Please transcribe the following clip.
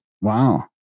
Wow